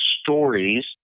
stories